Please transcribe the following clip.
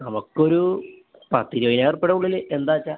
നമ്മുക്കൊരു പത്ത് ഇരുപതിനായിരം റുപ്യേടെ ഉള്ളില് എന്താച്ചാ